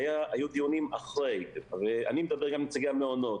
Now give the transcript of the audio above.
והיו דיונים אחרי, ואני מדבר גם עם נציגי המעונות.